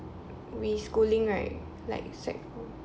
we schooling right like sec